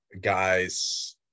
guys